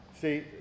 see